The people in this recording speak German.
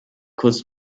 kurz